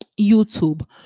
YouTube